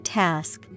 task